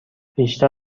بیشتر